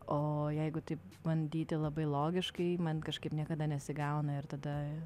o jeigu taip bandyti labai logiškai man kažkaip niekada nesigauna ir tada